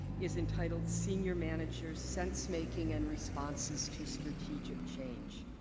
is entitled senior managers, sense making, and responses to strategic change.